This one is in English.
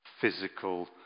physical